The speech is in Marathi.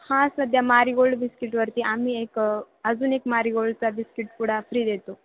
हां सध्या मारीगोल्ड बिस्किटवरती आम्ही एक अजून एक मारीगोल्डचा बिस्किट पुडा फ्री देतो